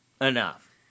enough